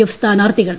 F സ്ഥാനാർത്ഥികൾ